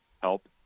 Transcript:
help